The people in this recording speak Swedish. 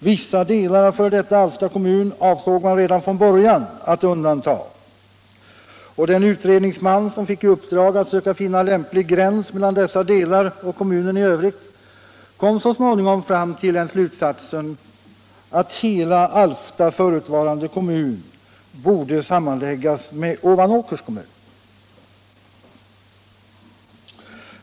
Vissa delar av f.d. Alfta kommun avsåg man redan från början att undanta. Den utredningsman som fick i uppdrag att söka finna lämplig gräns mellan dessa delar och kommunen i övrigt kom så småningom fram till den slutsatsen att hela Alfta förutvarande kommun borde sammanläggas med Ovanåkers kommun.